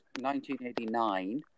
1989